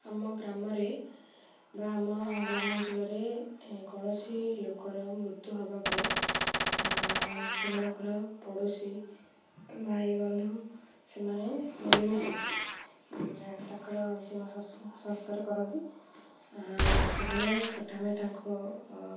ଆମ ଗ୍ରାମରେ ବା ଆମ ଗ୍ରାମାଞ୍ଚଳରେ କୌଣସି ଲୋକର ମୃତ୍ୟୁ ହବା ପରେ ସେମାନଙ୍କର ପଡ଼ୋଶୀ ଭାଇ ବନ୍ଧୁ ସେମାନେ ମିଳିମିଶି ତାଙ୍କର ଅନ୍ତିମ ସଂସ୍କାର କରନ୍ତି ସେମାନେ ପ୍ରଥମେ ତାଙ୍କୁ